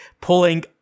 pulling